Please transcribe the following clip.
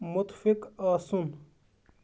مُتفِق آسُن